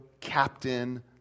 captain